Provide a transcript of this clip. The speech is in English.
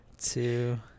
two